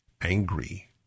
angry